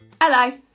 Hello